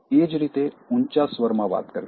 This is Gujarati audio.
એ જ રીતે ઉંચા સ્વરમાં વાત કરવી